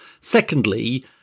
Secondly